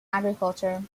agriculture